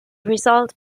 result